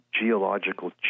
geological